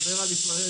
דבר על ישראל.